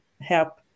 help